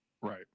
Right